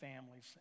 families